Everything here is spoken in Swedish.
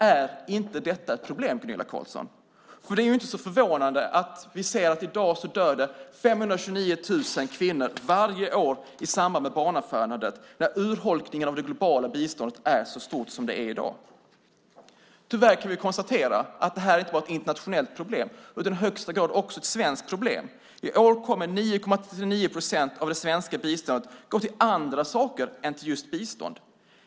Är inte detta ett problem, Gunilla Carlsson? Det är inte så förvånande att vi ser att det dör 529 000 kvinnor varje år i samband med barnafödande när urholkningen av det globala biståndet är så stor som den är i dag. Tyvärr kan vi konstatera att det här inte bara är ett internationellt problem. Det är i högsta grad också ett svenskt problem. I år kommer 9,39 procent av det svenska biståndet att gå till andra saker än till just bistånd.